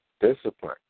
discipline